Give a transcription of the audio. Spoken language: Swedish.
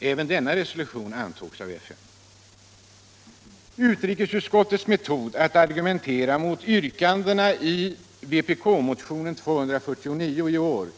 Även denna resolution blev antagen av FN. Utrikesutskottets metod att argumentera mot yrkandena i vpk-motionen 249 i år